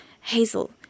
Hazel